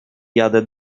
jadę